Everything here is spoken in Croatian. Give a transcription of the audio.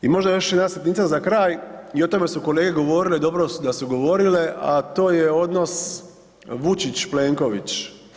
I možda još jedna sitnica za kraj, i o tome su kolege govorile, dobro da su govorile, a to je odnos Vučić-Plenković.